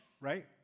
right